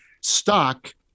stock